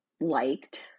liked